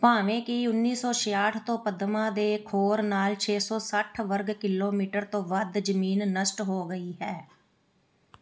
ਭਾਵੇਂ ਕਿ ਉੱਨੀ ਸੋ ਛਿਆਹਟ ਤੋਂ ਪਦਮਾ ਦੇ ਖੋਰ ਨਾਲ ਛੇ ਸੌ ਸੱਠ ਵਰਗ ਕਿਲੋਮੀਟਰ ਤੋਂ ਵੱਧ ਜਮੀਨ ਨਸ਼ਟ ਹੋ ਗਈ ਹੈ